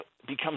becomes